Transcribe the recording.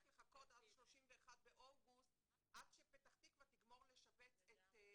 לחכות עד 31 באוגוסט עד שפתח תקווה תגמור לשבץ את,